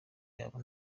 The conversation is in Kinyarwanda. yabo